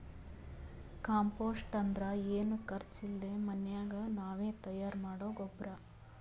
compost ಅಂದ್ರ ಏನು ಖರ್ಚ್ ಇಲ್ದೆ ಮನ್ಯಾಗೆ ನಾವೇ ತಯಾರ್ ಮಾಡೊ ಗೊಬ್ರ